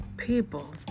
people